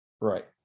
right